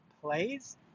plays